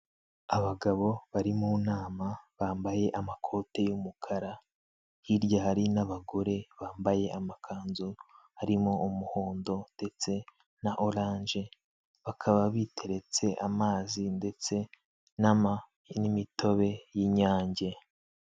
Abagabo bari mu nama bambaye amakote y'umukara, hirya hari n'abagore bambaye amakanzu harimo umuhondo ndetse na oranje, bakaba biteretse amazi ndetse n'imitobe y'inyange.